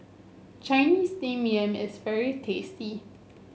Chinese Steamed Yam is very tasty